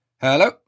Hello